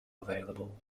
available